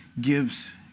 gives